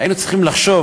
היינו צריכים לחשוב,